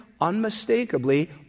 unmistakably